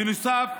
בנוסף,